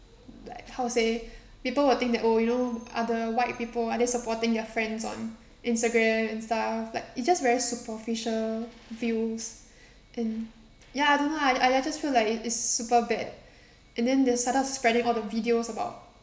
like how to say people will think that oh you know are the white people are they supporting their friends on instagram and stuff like it's just superficial views and ya I don't know lah I I just feel like it is super bad and then they started spreading all the videos about